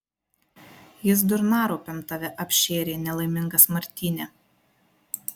jis durnaropėm tave apšėrė nelaimingas martyne